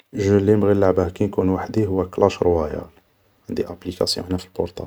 جو لينبغي نلعبه كي نكون وحدي هو كلاش روايال, عندي ابليكاسيون هنا في البورطابل